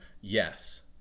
Yes